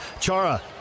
Chara